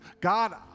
God